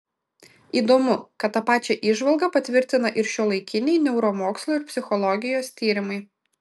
įdomu kad tą pačią įžvalgą patvirtina ir šiuolaikiniai neuromokslo ir psichologijos tyrimai